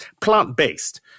Plant-based